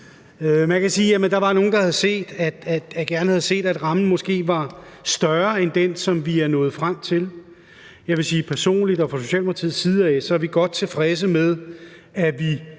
Man kan sige, at der var nogle, der gerne havde set, at rammen måske var større end den, som vi er nået frem til. Jeg vil sige, at personligt og fra Socialdemokratiets side er vi godt tilfredse med, at vi